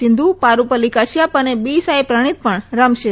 સિંધુ પારૂપલ્લી કશ્યપ અને બી સાંઇ પ્રણીત પણ રમશે